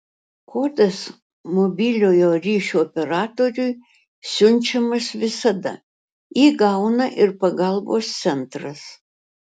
kodas mobiliojo ryšio operatoriui siunčiamas visada jį gauna ir pagalbos centras